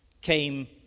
came